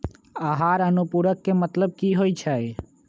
आहार अनुपूरक के मतलब की होइ छई?